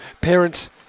parents